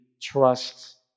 trust